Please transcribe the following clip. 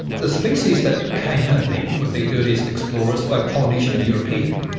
the species that came in then with the earliest explorers, both polynesian and european,